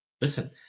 Listen